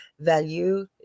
value